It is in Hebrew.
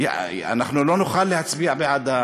אנחנו לא נוכל להצביע בעד העולים.